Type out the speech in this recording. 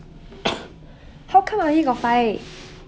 how come I only got five